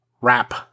wrap